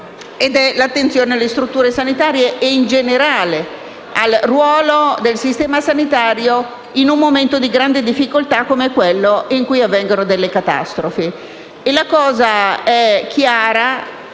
l'attenzione alle strutture sanitarie e, in generale, al ruolo del sistema sanitario in un momento di grande difficoltà come quello delle catastrofi.